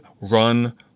run